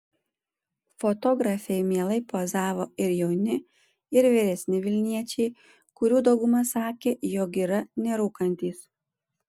fotografei mielai pozavo ir jauni ir vyresni vilniečiai kurių dauguma sakė jog yra nerūkantys